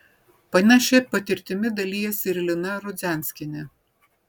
panašia patirtimi dalijasi ir lina rudzianskienė